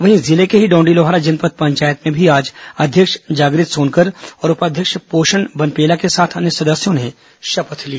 वहीं जिले के ही डौंडीलोहारा जनपद पंचायत में भी आज अध्यक्ष जागृत सोनकर और उपाध्यक्ष पोषण बनपेला के साथ अन्य सदस्यों ने शपथ ली